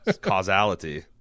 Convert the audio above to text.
Causality